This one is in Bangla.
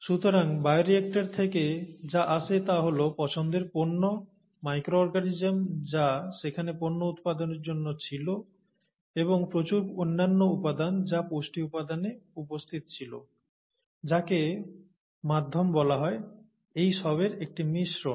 সুতরাং বায়োরিয়্যাক্টর থেকে যা আসে তা হল পছন্দের পণ্য মাইক্রো অর্গানিজম যা সেখানে পণ্য উৎপাদনের জন্য ছিল এবং প্রচুর অন্যান্য উপাদান যা পুষ্টি উপাদানে উপস্থিত ছিল যাকে মাধ্যম বলা হয় এইসবের একটি মিশ্রণ